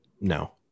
No